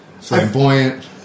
flamboyant